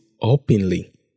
openly